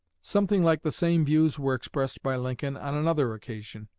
something like the same views were expressed by lincoln, on another occasion,